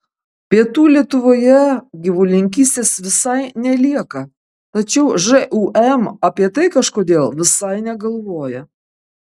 pietų lietuvoje gyvulininkystės visai nelieka tačiau žūm apie tai kažkodėl visai negalvoja